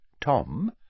Tom